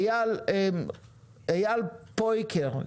אייל פוליקר,